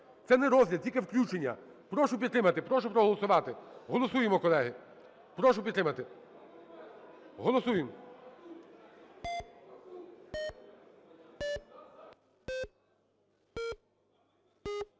Це не розгляд, тільки включення. Прошу підтримати, прошу проголосувати. Голосуємо, колеги. Прошу підтримати. Голосуємо.